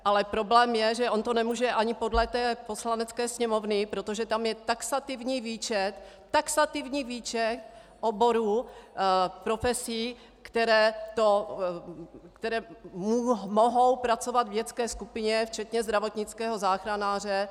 Ale problém je, že on to nemůže ani podle té Poslanecké sněmovny, protože tam je taxativní výčet taxativní výčet oborů, profesí, které mohou pracovat v dětské skupině, včetně zdravotnického záchranáře.